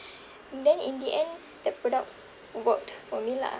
and then in the end that product worked for me lah